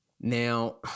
Now